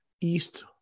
east